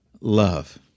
love